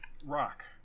rock